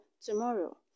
Tomorrow